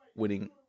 Winning